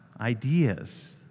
ideas